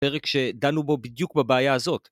פרק שדנו בו בדיוק בבעיה הזאת.